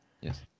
Yes